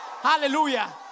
Hallelujah